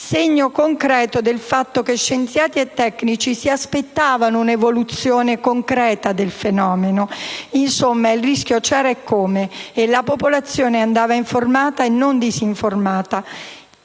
segno concreto del fatto che scienziati e tecnici si aspettavano un'evoluzione concreta del fenomeno. Insomma, il rischio c'era, eccome, e la popolazione andava informata, non disinformata.